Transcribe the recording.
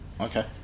Okay